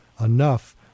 enough